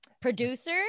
producer